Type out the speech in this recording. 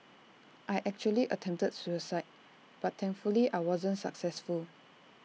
I actually attempted suicide but thankfully I wasn't successful